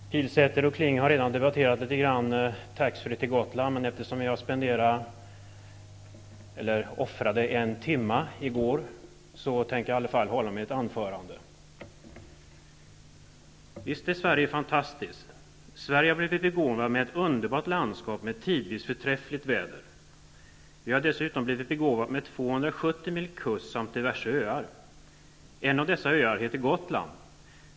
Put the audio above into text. Herr talman! Karin Pilsäter och Peter Kling har redan debatterat taxfree-försäljning på färjan till Gotland. Eftersom jag ändå offrade en timme i går, tänker jag hålla mitt anförande. Visst är Sverige fantastiskt. Sverige har blivit begåvat med ett underbart landskap med tidvis förträffligt väder. Vi har dessutom blivit begåvade med 270 mil kust och diverse öar. En av dessa öar heter Gotland.